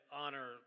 honor